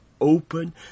open